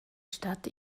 stadt